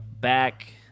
back